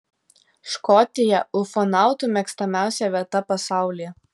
škotija ufonautų mėgstamiausia vieta pasaulyje